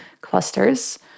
clusters